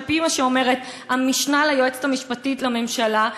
על-פי מה שאומרת המשנה ליועצת המשפטית לממשלה,